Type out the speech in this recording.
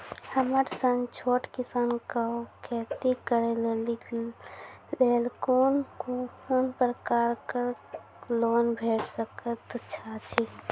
हमर सन छोट किसान कअ खेती करै लेली लेल कून कून प्रकारक लोन भेट सकैत अछि?